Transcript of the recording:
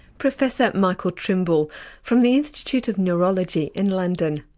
professor michael trimble from the institute of neurology in london.